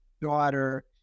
daughter